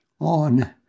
on